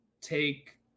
take